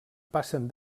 passen